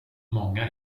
många